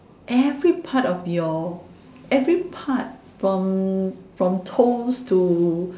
every part of your every part from from toes to